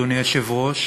אדוני היושב-ראש,